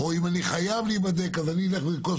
או אם אני חייב להיבדק אז שאני אלך לרכוש